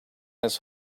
his